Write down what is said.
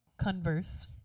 converse